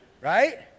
right